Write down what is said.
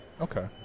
okay